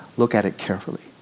look at it carefully.